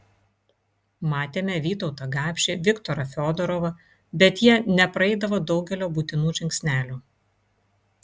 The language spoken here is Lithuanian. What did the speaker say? matėme vytautą gapšį viktorą fiodorovą bet jie nepraeidavo daugelio būtinų žingsnelių